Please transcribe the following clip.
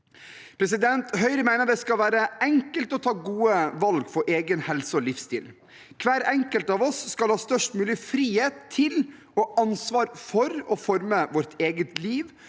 reduseres. Høyre mener det skal være enkelt å ta gode valg for egen helse og livsstil. Hver enkelt av oss skal ha størst mulig frihet til og ansvar for å forme sitt eget liv,